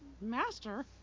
Master